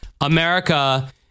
america